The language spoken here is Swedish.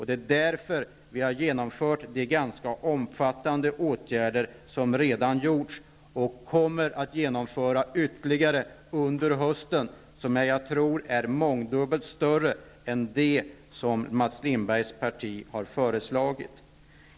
Det är därför vi har genomfört de ganska omfattande åtgärder som redan vidtagits och som kommer att vidtas ytterligare under hösten. Det är insatser som jag tror är mångdubbelt större än de som Mats Lindbergs parti har föreslagit.